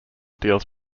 deals